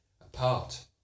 apart